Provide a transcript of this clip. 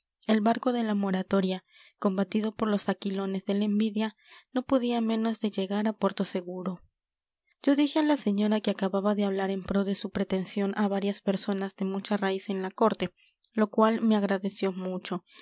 el barco de la moratoria combatido por los aquilones de la envidia no podía menos de llegar a puerto seguro yo dije a la señora que acababa de hablar en pro de su pretensión a varias personas de mucha raíz en la corte lo cual me agradeció mucho